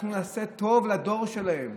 אנחנו נעשה טוב לדור שלהם,